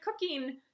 cooking